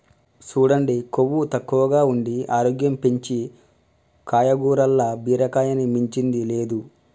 సూడండి కొవ్వు తక్కువగా ఉండి ఆరోగ్యం పెంచీ కాయగూరల్ల బీరకాయని మించింది లేదు